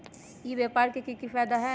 ई व्यापार के की की फायदा है?